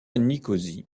nicosie